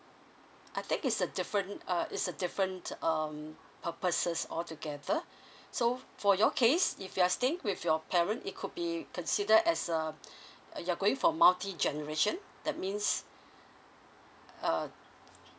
and then it's a different uh is a different um purposes altogether so for your case if you're staying with your parent it could be considered as uh uh you're going for multi generation that means uh